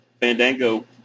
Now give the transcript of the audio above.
Fandango